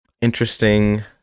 interesting